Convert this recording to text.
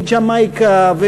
מג'מייקה,